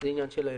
זה עניין שלהם.